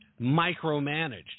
micromanaged